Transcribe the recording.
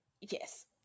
yes